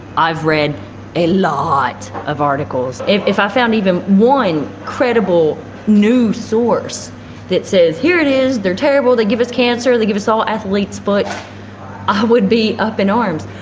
i've read a lot of articles. if if i found even one credible new source that says here it is, they're terrible, they give us cancer, they give us all athlete's foot' i would be up in arms.